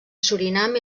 surinam